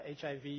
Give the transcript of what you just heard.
HIV